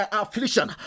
affliction